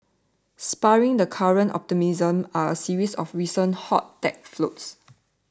spurring the current optimism are a series of recent hot tech floats